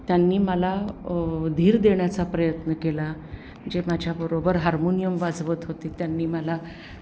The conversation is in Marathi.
त्यांनी मला धीर देण्याचा प्रयत्न केला जे माझ्याबरोबर हार्मोनियम वाजवत होते त्यांनी मला